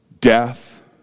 death